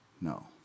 no